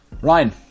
Ryan